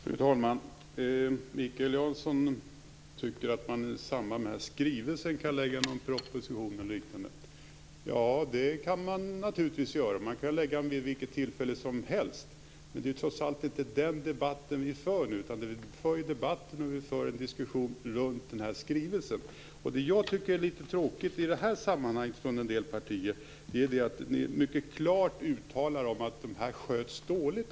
Fru talman! Mikael Janson tycker att man i samband med den här skrivelsen kan lägga fram en proposition eller liknande. Ja, det kan man naturligtvis göra. Man kan lägga fram den vid vilket tillfälle som helst, men det är trots allt inte den debatten vi för. Vi för nu en debatt om den här skrivelsen. Det som jag tycker är tråkigt i det här sammanhanget är att en del partier mycket klart uttalar att de här företagen sköts dåligt.